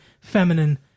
feminine